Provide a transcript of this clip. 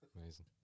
Amazing